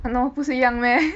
!hannor! 不是一样 meh